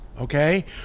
Okay